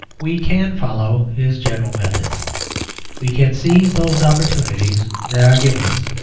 we can follow his general methods we can seize those opportunities that are given us,